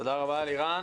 תודה רבה, אלירן.